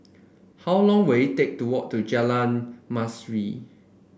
how long will it take to walk to Jalan Manis